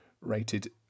rated